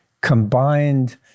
combined